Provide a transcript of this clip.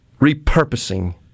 repurposing